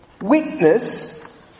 Witness